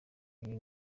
ibintu